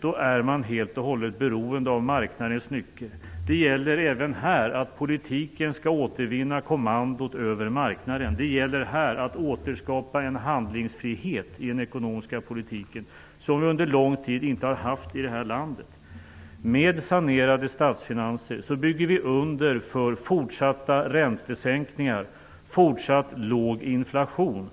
Då är man helt och hållet beroende av marknadens nycker. Det gäller även här att politiken skall återta kommandot över marknaden. Det gäller att återskapa en handlingsfrihet i den ekonomiska politiken som vi under lång tid inte har haft i det här landet. Med sanerade statsfinanser bygger vi under för fortsatta räntesänkningar, fortsatt låg inflation